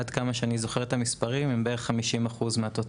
עד כמה שאני זוכר את המספרים, הם בערך 50% מהתוצר.